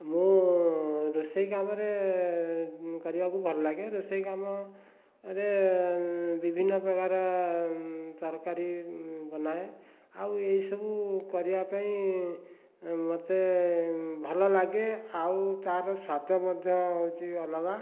ମୁଁ ରୋଷେଇ କାମରେ କରିବାକୁ ଭଲ ଲାଗେ ରୋଷେଇ କାମରେ ବିଭିନ୍ନ ପ୍ରକାର ତରକାରି ବନାଏ ଆଉ ଏହିସବୁ କରିବା ପାଇଁ ମୋତେ ଭଲ ଲାଗେ ଆଉ ତାର ସ୍ୱାଦ ମଧ୍ୟ ହେଉଛି ଅଲଗା